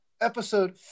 episode